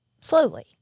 slowly